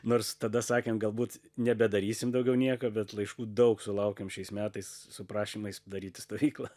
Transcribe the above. nors tada sakėm galbūt nebedarysim daugiau nieko bet laiškų daug sulaukėm šiais metais su prašymais daryti stovyklą